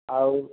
ଆଉ